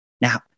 Now